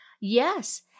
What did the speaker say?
yes